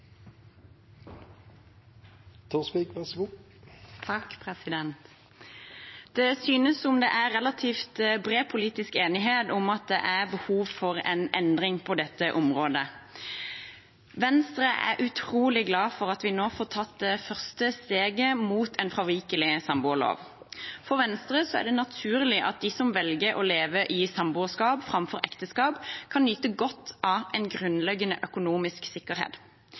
av samboerskapet, så langt tilbake som i 2012, og det er først nå det kan se ut til at det er politisk vilje til å gjennomføre det. Det synes som det er relativt bred politisk enighet om at det er behov for en endring på dette området. Venstre er utrolig glad for at vi nå får tatt det første steget mot en fravikelig samboerlov. For Venstre er det naturlig at de som velger å leve i